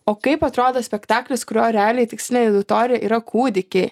o kaip atrodo spektaklis kurio realiai tikslinė auditorija yra kūdikiai